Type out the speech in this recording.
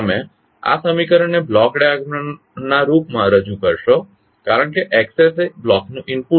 તમે આ સમીકરણને બ્લોક ડાયાગ્રામના રૂપમાં રજૂ કરશો કારણ કે X એ બ્લોકનું ઇનપુટ છે